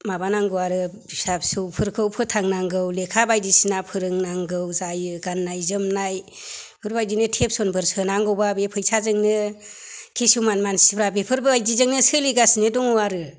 माबानांगौ आरो फिसा फिसौफोरखौ फोथांनांगौ लेखा बायदिसिना फोरोंनांगौ जायो गाननाय जोमनाय बेफोरबायदिनो टिउसनफोर सोनांगौबा बे फैसाजोंनो किसुमान मानसिफोरा बेफोर बायदिजोंनो सोलिगासिनो दङ आरो